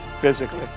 physically